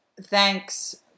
thanks